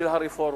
של הרפורמה.